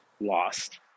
lost